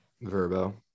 verbo